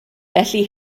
felly